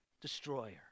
destroyer